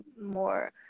more